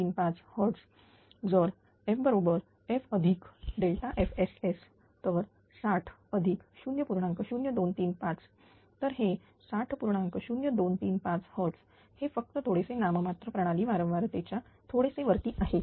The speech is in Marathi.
0235 Hz हे फक्त थोडेसे नाम मात्र प्रणाली वारंवार तिच्या थोडेसे वरती आहे